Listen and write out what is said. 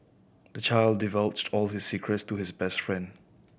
the child divulged all his secrets to his best friend